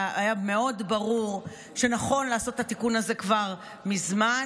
והיה מאוד ברור שנכון לעשות את התיקון הזה כבר מזמן.